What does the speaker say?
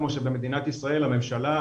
כמו שבמדינת ישראל הממשלה,